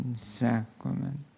sacrament